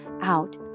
out